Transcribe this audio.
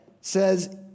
says